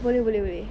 boleh boleh boleh